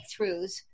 breakthroughs